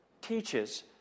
teaches